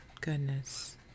Goodness